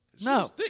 No